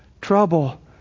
trouble